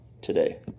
today